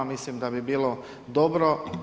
Mislim da bi bilo dobro.